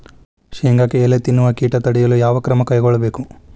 ಶೇಂಗಾಕ್ಕೆ ಎಲೆ ತಿನ್ನುವ ಕೇಟ ತಡೆಯಲು ಯಾವ ಕ್ರಮ ಕೈಗೊಳ್ಳಬೇಕು?